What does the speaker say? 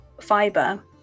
fiber